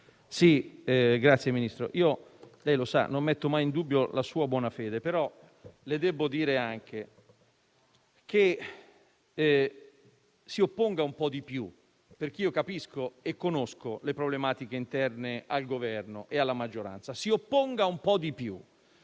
Signor Ministro, lei lo sa che non metto mai in dubbio la sua buona fede, ma le debbo chiedere di opporsi un po' di più. Capisco e conosco le problematiche interne al Governo e alla maggioranza: si opponga un po' di più.